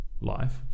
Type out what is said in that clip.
life